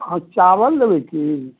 हॅं चावल लेबै की